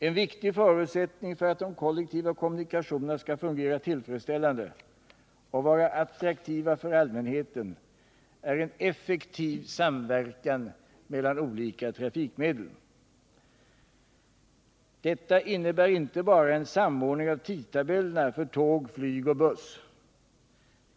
En viktig förutsättning för att de kollektiva kommunikationerna skall fungera tillfredsställande och vara attraktiva för allmänheten är en effektiv samverkan mellan olika trafikmedel. Detta innebär inte bara en samordning av tidtabellerna för tåg, flyg och buss.